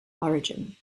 origin